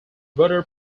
rotor